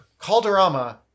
Calderama